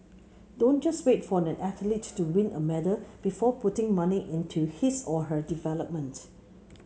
don't just wait for an athlete to win a medal before putting money into his or her development